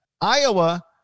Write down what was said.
Iowa